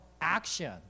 action